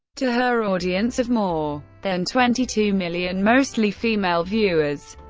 to her audience of more than twenty two million mostly female viewers,